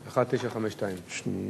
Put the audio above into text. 1952. אדוני